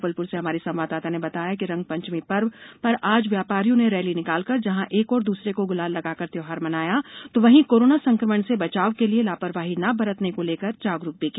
जबलप्र से हमारी संवाददाता ने बताया है कि रंग पंचमी पर्व पर आज व्यापारियों ने रैली निकालकर जहां एक ओर एक दूसरे को ग्लाल लगाकर त्यौहार मनाया तो वहीं कोरोना संक्रमण से बचाव के लिए लापरवाही ना बरतने को लेकर जागरूक भी किया